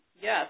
yes